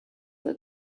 that